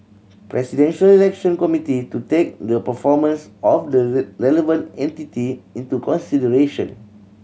Presidential Election Committee to take the performance of the relevant entity into consideration